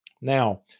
Now